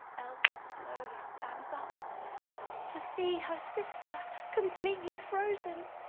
elsa slowly stands up to see her sister completely frozen.